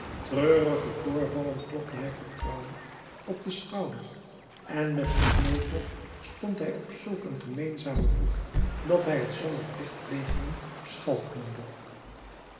treurige voorvallen klopte hij vertrouwelijk op den schouder en met het noodlot stond hij op zulk een gemeenzamen voet dat hij t zonder plichtplegingen schalk noemde